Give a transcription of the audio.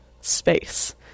space